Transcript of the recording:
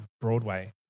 Broadway